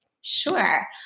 Sure